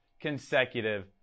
consecutive